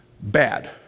Bad